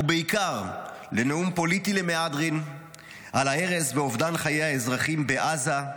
ובעיקר לנאום פוליטי למהדרין על ההרס ואובדן חיי האזרחים בעזה,